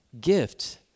gift